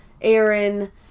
Aaron